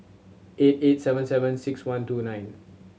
eight eight seven seven six one two nine